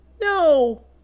No